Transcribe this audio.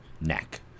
neck